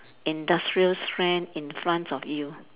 industrial strength in front of you